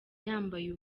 yambaye